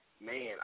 Man